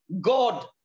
God